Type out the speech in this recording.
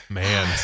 man